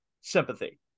sympathy